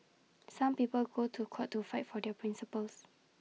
some people go to court to fight for their principles